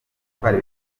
gutwara